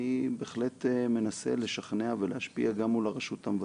אני בהחלט מנסה לשכנע ולהשפיע גם מול הרשות המבצעת.